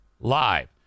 Live